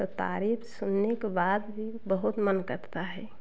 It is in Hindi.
तो तारीफ़ सुनने के बाद भी बहुत मन करता है